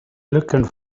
looking